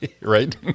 Right